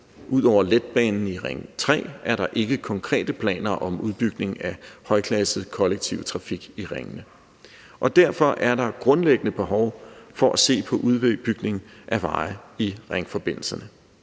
Ud over letbanen i Ring 3 er der ikke konkrete planer om udbygning af højklasset kollektiv trafik i ringene. Derfor er der grundlæggende behov for at se på udbygning af veje i ringforbindelserne.